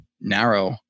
narrow